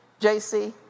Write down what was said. JC